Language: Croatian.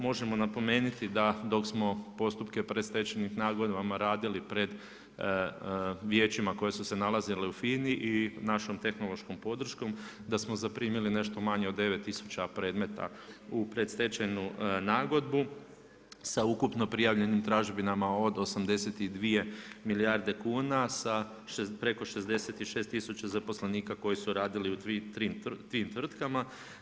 Možemo napomenuti da dok smo postupke predstečajnih nagodbama radili pred vijećima koje su se nalazile u FINI i našom tehnološkom podrškom, da smo zaprimili nešto manje od 9000 premeta u predstečajnu nagodbu, sa ukupno prijavljenim tražbinama od 82 milijarde kuna, preko 66000 zaposlenika koji su radili u tim tvrtkama.